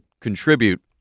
contribute